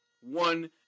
one